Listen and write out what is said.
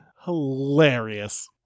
Hilarious